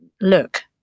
look